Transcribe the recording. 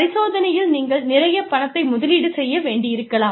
பரிசோதனையில் நீங்கள் நிறையப் பணத்தை முதலீடு செய்ய வேண்டியிருக்கலாம்